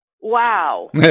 wow